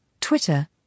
Twitter